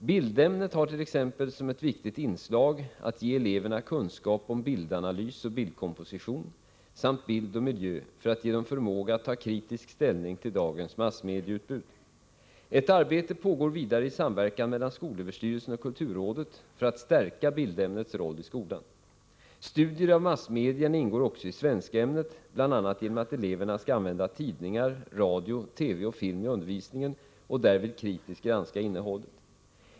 Bildämnet har t.ex som ett viktigt inslag att ge eleverna kunskap om bildanalys och bildkomposition samt bild och miljö för att ge dem förmåga att ta kritisk ställning till dagens massmedieutbud. Ett arbete pågår vidare i samverkan mellan skolöverstyrelsen och kulturrådet för att stärka bildämnets roll i skolan. Studier av massmedierna ingår också i svenskämnet, bl.a. genom att eleverna skall använda tidningar, radio, TV och film i undervisningen och därvid kritiskt granska innehållet.